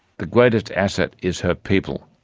the greatest asset is her people.